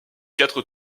quatre